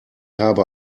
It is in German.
habe